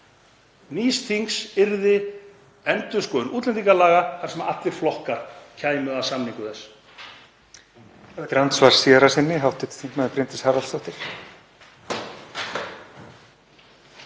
nýs þings yrði endurskoðun útlendingalaga og að allir flokkar kæmu að samningu þess.